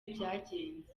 byagenze